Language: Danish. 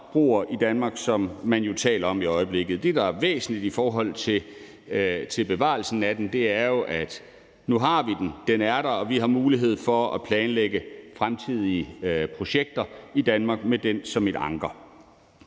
broer i Danmark, som man jo taler om i øjeblikket. Det, der er væsentligt i forhold til bevarelsen af den, er jo, at nu har vi den; den er der, og vi har mulighed for at planlægge fremtidige projekter i Danmark med den som et anker.